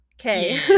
okay